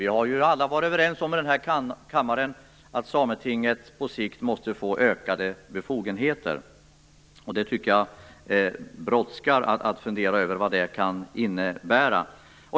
Vi har ju alla i den här kammaren varit överens om att Sametinget på sikt måste få ökade befogenheter, och jag tycker att det brådskar med att fundera över vad det kan innebära.